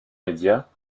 médias